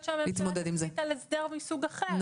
יכול להיות גם שהממשלה בסוף תחליט על הסדר מסוג אחר,